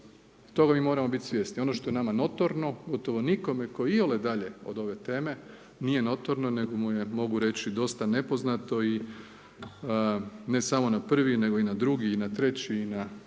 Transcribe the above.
Toga mi moramo biti svjesni, ono što je nama notorno gotove nikome tko je iole dalje od ove teme nije notorno nego mu je mogu reći dosta nepoznato i ne samo na prvi, nego i na drugi i na treći i na peti